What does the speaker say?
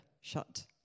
shut